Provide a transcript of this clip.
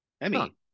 Emmy